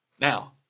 Now